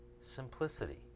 simplicity